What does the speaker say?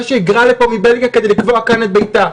שהיגרה לפה מבלגיה כדי לקבוע כאן את ביתה,